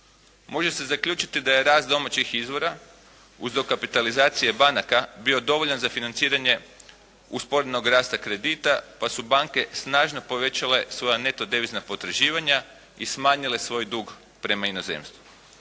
Može se zaključiti da je rast domaćih izvora uz dokapitalizacije banaka bio dovoljan za financiranje usporenog rasta kredita pa su banke snažno povećale svoja neto devizna potraživanja i smanjile svoj dug prema inozemstvu.